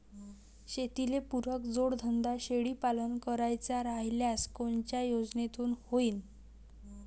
शेतीले पुरक जोडधंदा शेळीपालन करायचा राह्यल्यास कोनच्या योजनेतून होईन?